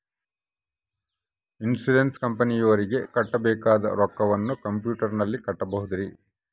Insurance ಕಂಪನಿಯವರಿಗೆ ಕಟ್ಟಬೇಕಾದ ರೊಕ್ಕವನ್ನು ಕಂಪ್ಯೂಟರನಲ್ಲಿ ಕಟ್ಟಬಹುದ್ರಿ?